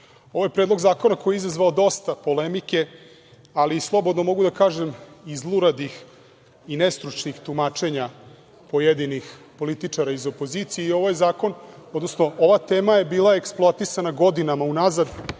predlog zakona je izazvao dosta polemike, ali slobodno mogu da kažem i zluradih i nestručnih tumačenja pojedinih političara iz opozicije i ova tema je bila eksploatisana godinama unazad